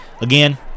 again